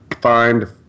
find